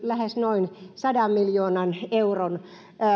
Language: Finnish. lähes noin sadan miljoonan euron